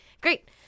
great